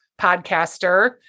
podcaster